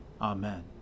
Amen